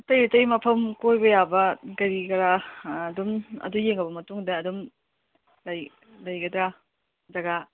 ꯑꯇꯩ ꯑꯇꯩ ꯃꯐꯝ ꯀꯣꯏꯕ ꯌꯥꯕ ꯀꯔꯤ ꯀꯔꯥ ꯑꯗꯨꯝ ꯑꯗꯨ ꯌꯦꯡꯉꯕ ꯃꯇꯨꯡꯗ ꯑꯗꯨꯝ ꯂꯩꯒꯗ꯭ꯔꯥ ꯖꯥꯒꯥ